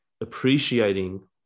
appreciating